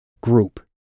group